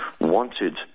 wanted